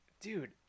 dude